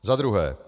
Za druhé.